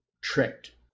tricked